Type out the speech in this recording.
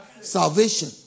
salvation